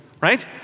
Right